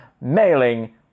mailing